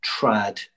trad